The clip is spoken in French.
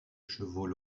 chevaux